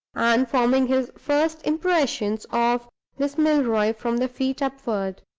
and forming his first impressions of miss milroy from the feet upward.